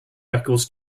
records